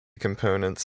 components